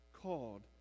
called